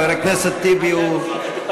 חבר הכנסת טיבי הוא,